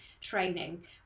training